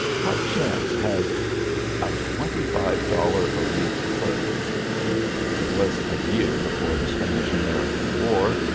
what chance has a twenty-five dollar a week clerk it was a year before the spanish-american war,